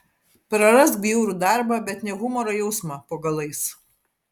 prarask bjaurų darbą bet ne humoro jausmą po galais